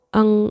ang